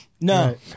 No